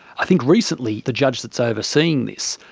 i think recently the judge that's overseeing this,